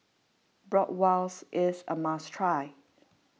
Bratwurst is a must try